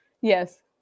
yes